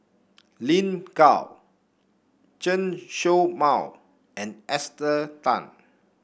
Lin Gao Chen Show Mao and Esther Tan